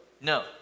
No